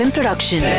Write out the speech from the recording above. Production